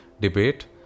debate